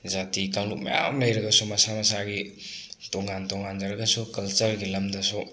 ꯖꯥꯇꯤ ꯀꯥꯡꯂꯨꯞ ꯃꯌꯥꯝ ꯂꯩꯔꯒꯁꯨ ꯃꯁꯥ ꯃꯁꯥꯒꯤ ꯇꯣꯉꯥꯟ ꯇꯣꯉꯥꯟꯖꯔꯒꯁꯨ ꯀꯜꯆꯔꯒꯤ ꯂꯝꯗꯁꯨ